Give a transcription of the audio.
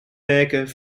werken